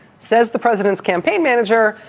says the president's campaign manager,